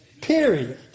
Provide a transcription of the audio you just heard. Period